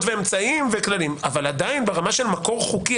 ואמצעים וכללים אבל עדיין ברמה של מקור חוקי,